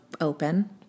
open